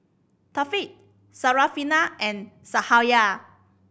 Thaqif Syarafina and Cahaya